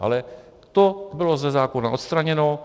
Ale to bylo ze zákona odstraněno.